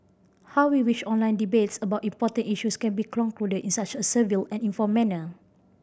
how we wish online debates about important issues can be concluded in such a civil and informed manner